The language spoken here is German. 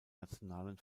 nationalen